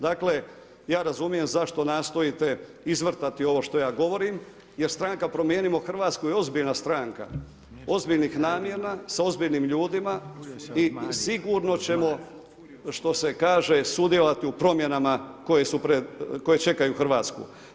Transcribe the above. Dakle ja razumijem zašto nastojite izvrtati ovo što ja govorim jer stranka promijenimo Hrvatsku je ozbiljna stranka, ozbiljnih namjena s ozbiljnim ljudima i sigurno ćemo što se kaže sudjelovati u promjenama koje čekaju Hrvatsku.